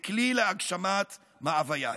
ככלי להגשמת מאווייו.